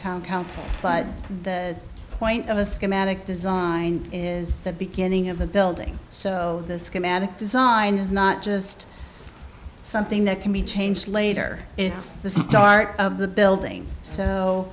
town council but the point of a schematic design is the beginning of a building so the schematic design is not just something that can be changed later it's the start of the building so